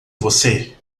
você